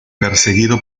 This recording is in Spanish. perseguido